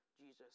Jesus